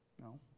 No